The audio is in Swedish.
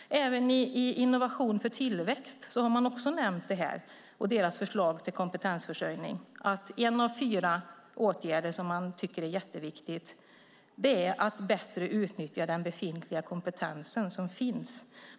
Även i Innovation för tillväxt har man nämnt det här. I deras förslag till kompetensförsörjning är en av fyra åtgärder som de tycker är jätteviktiga att bättre utnyttja den befintliga kompetensen.